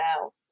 now